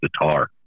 guitar